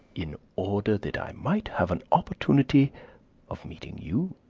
in order that i might have an opportunity of meeting you.